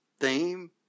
theme